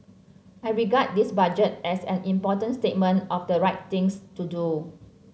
I regard this Budget as an important statement of the right things to do